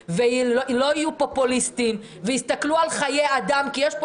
ולא יהיו פופוליסטיים ויסתכלו על חיי אדם כי יש פה